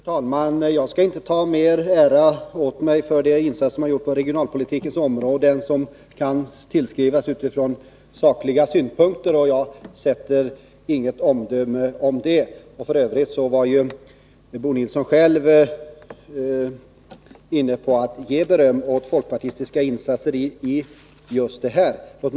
Fru talman! Jag skall inte ta mer ära åt mig för de insatser som har gjorts på regionalpolitikens område än som kan tillskrivas mig utifrån sakliga synpunkter — och jag fäller inget omdöme om det. F. ö. var Bo Nilsson själv inne på att ge beröm åt folkpartistiska insatser i just detta fall.